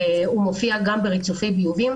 והוא מופיע גם בריצופי ביובים,